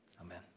Amen